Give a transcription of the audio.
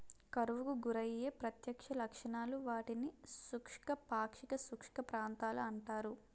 కరువుకు గురయ్యే ప్రత్యక్ష లక్షణాలు, వాటిని శుష్క, పాక్షిక శుష్క ప్రాంతాలు అంటారు